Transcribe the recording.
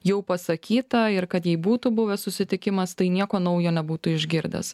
jau pasakyta ir kad jei būtų buvęs susitikimas tai nieko naujo nebūtų išgirdęs